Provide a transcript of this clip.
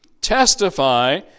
testify